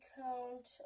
count